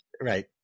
right